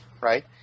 right